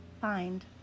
find